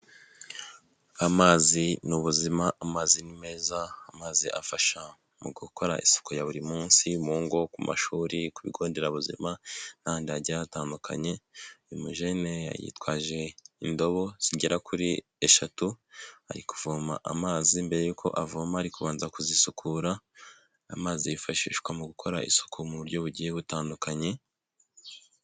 Amazi n'ubuzima, amazi ni meza, amazi afasha mu gukora isuku ya buri munsi, mu ngo, ku mashuri, ku bigo nderabuzima, n'ahandi hagiye hatandukanye. Umujene yitwaje indobo zigera kuri eshatu ari kuvoma amazi, mbere y'uko avoma ari kubanza kuzisukura. Amazi yifashishwa mu gukora isuku mu buryo bugiye butandukanye.